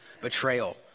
betrayal